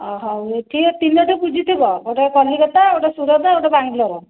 ହଉ ଏଠି ଏ ତିନୋଟି ବୁଝିଥିବ ଗୋଟେ କଲିକତା ଗୋଟେ ସୁରତ ଆଉ ଗୋଟେ ବାଙ୍ଗଲୋର